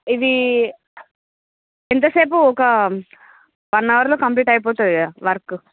ఇది ఎంతసేపు ఒక వన్ అవర్లో కంప్లీట్ అయిపోతుంది కదా వర్కు